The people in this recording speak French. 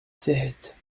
sept